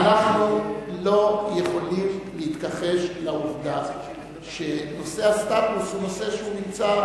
אנחנו לא יכולים להתכחש לעובדה שנושא הסטטוס הוא נושא שהוא נמצא,